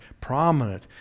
prominent